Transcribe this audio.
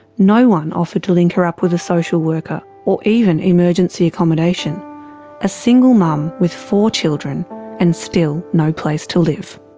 no one offered to link her up with a social worker, or even emergency accommodation a single mum with four children and still. no place to live.